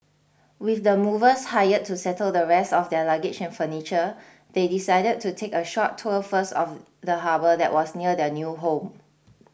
with the movers hired to settle the rest of their luggage and furniture they decided to take a short tour first of the harbour that was near their new home